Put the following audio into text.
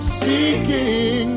seeking